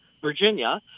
Virginia